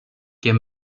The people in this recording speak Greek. και